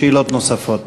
שאלות נוספות.